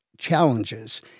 challenges